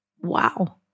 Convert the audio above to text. wow